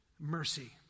mercy